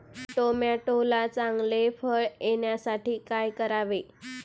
टोमॅटोला चांगले फळ येण्यासाठी काय करावे?